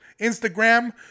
Instagram